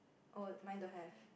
oh mine don't have